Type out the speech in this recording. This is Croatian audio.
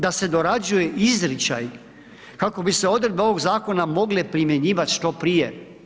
Da se dorađuje izričaj kako bi se odredbe ovog zakona mogle primjenjivati što prije?